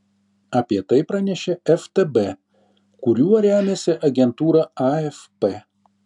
apie tai pranešė ftb kuriuo remiasi agentūra afp